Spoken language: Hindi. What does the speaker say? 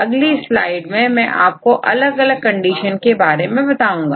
अगली स्लाइड में मैं आपको अलग अलग कंडीशन के बारे में बताऊंगा